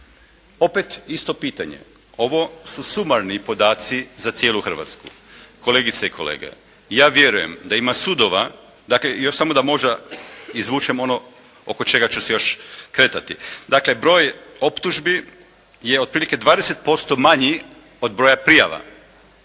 Opet isto pitanje. Ovo su sumarni podaci za cijelu Hrvatsku. Kolegice i kolege ja vjerujem da ima sudova dakle još samo da možda izvučem ono oko čega ću se još kretati. Dakle broj optužbi je otprilike 20% manji od broja prijava.